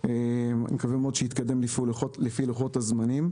אני מקווה שיתקדם לפי לוחות הזמנים.